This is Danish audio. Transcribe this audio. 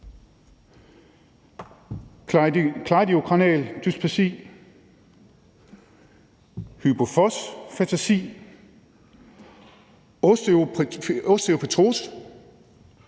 cleidokranial dysplasi, hypofosfatasi, osteopetrose,